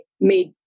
made